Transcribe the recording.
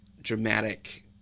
dramatic